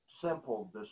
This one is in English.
simple